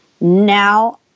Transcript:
now